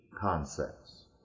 concepts